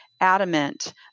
adamant